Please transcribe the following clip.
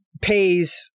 pays